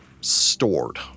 stored